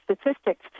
statistics